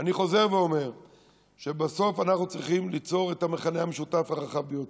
אני חוזר ואומר שבסוף אנחנו צריכים ליצור את המכנה המשותף הרחב ביותר.